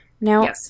Now